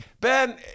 Ben